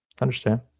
understand